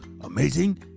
amazing